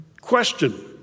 Question